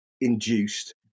induced